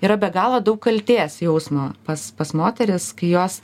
yra be galo daug kaltės jausmo pas pas moteris kai jos